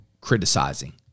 criticizing